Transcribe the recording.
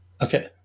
Okay